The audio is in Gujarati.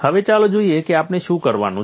હવે ચાલો જોઈએ કે આપણે શું કરવાનું છે